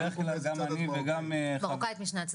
גם אני וגם חברי ינון